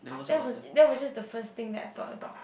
that was that was just the first thing that I thought about